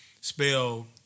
Spell